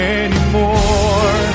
anymore